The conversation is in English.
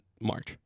March